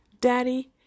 Daddy